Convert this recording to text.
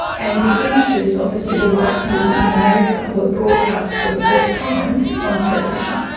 and the images of the civil rights movement in america were broadcast for the first time on television.